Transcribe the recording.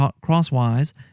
crosswise